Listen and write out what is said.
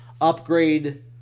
upgrade